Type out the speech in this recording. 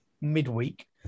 midweek